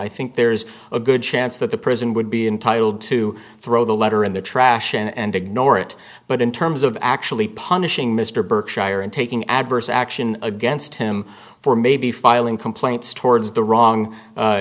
i think there's a good chance that the prison would be intitled to throw the letter in the trash and ignore it but in terms of actually punishing mr berkshire and taking adverse action against him for maybe filing complaints towards the wrong